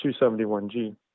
271G